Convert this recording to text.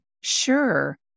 Sure